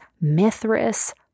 Mithras